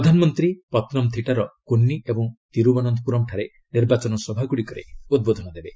ପ୍ରଧାନମନ୍ତ୍ରୀ ପତନମ୍ଥିଟ୍ଟା ର କୋନ୍ନି ଏବଂ ତିରୁବନନ୍ତପୁରମ୍ଠାରେ ନିର୍ବାଚନ ସଭାଗୁଡ଼ିକରେ ଉଦ୍ବୋଧନ ଦେବେ